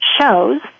shows